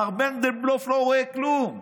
מר מנדלבלוף לא רואה כלום,